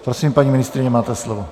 Prosím, paní ministryně, máte slovo.